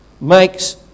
makes